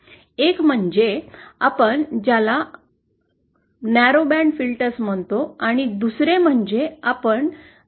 एक म्हणजे आपण ज्याला अरुंद बँड फिल्टर्स म्हणतो आणि दुसरे म्हणजे आपण ब्रॉडबँड फिल्टर्स म्हणतो